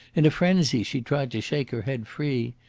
in a frenzy she tried to shake her head free.